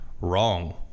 Wrong